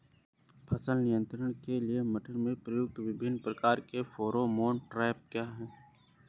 कीट नियंत्रण के लिए मटर में प्रयुक्त विभिन्न प्रकार के फेरोमोन ट्रैप क्या है?